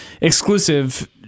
exclusive